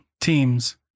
teams